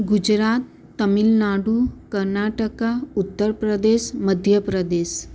Gujarat Tamil Nadu Karnataka Uttar Pradesh Madhya Pradesh